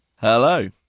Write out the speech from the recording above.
Hello